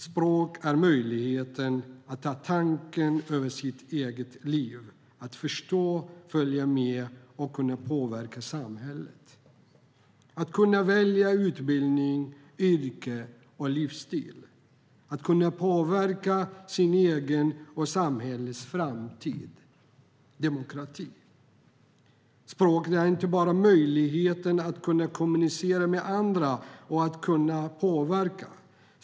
Språk är möjligheten att ta makten över sitt eget liv, att förstå, följa med och kunna påverka samhället. Att kunna välja utbildning, yrke och livsstil. Att kunna påverka sin egen och samhällets framtid. Demokrati. Språket är inte bara möjligheten att kunna kommunicera med andra och att kunna påverka.